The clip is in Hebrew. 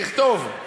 תכתוב: